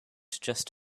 just